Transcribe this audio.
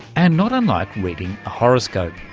and not unlike reading a horoscope.